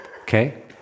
Okay